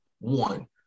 one